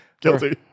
Guilty